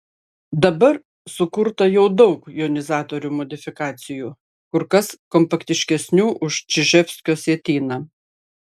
dabar sukurta jau daug jonizatorių modifikacijų kur kas kompaktiškesnių už čiževskio sietyną